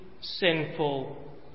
sinful